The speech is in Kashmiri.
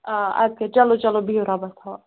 آ اَدٕ کیٛاہ چلو چلو بِہِو رۄبَس حَوال